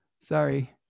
Sorry